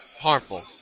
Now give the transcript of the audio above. harmful